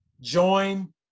Join